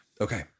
Okay